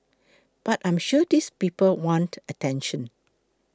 but I'm sure these people want attention